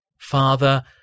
Father